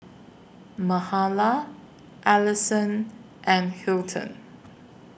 Mahala Alisson and Hilton